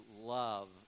love